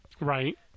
Right